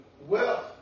wealth